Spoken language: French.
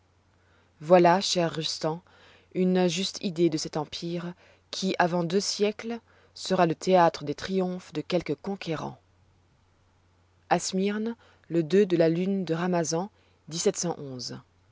voilà cher rustan une juste idée de cet empire qui avant deux siècles sera le théâtre des triomphes de quelque conquérant à smyrne le de la lune de rhamazan